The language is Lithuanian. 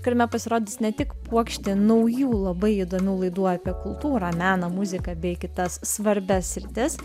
kuriame pasirodys ne tik puokštė naujų labai įdomių laidų apie kultūrą meną muziką bei kitas svarbias sritis